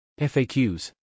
FAQs